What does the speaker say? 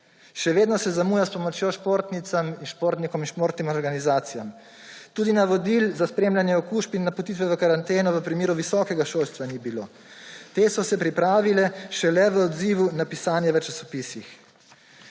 Še vedno se zamuja s pomočjo športnicam in športnikom in športnim organizacijam. Tudi navodil za spremljanje okužb in napotitve v karanteno v primeru visokega šolstva ni bilo. Ta so se pripravila šele v odzivu na pisanje v časopisih.